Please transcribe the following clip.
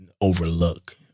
overlook